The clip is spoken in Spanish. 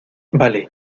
vale